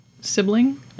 sibling